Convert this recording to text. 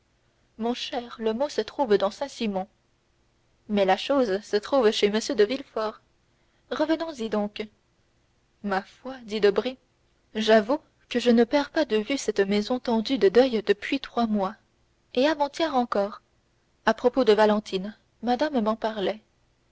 mon cher le mot se trouve dans saint-simon mais la chose se trouve chez m de villefort allons-y donc ma foi dit debray j'avoue que je ne perds pas de vue cette maison tendue de deuil depuis trois mois et avant-hier encore à propos de valentine madame m'en parlait